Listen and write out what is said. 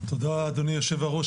תודה אדוני היו"ר.